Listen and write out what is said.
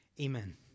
Amen